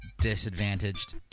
disadvantaged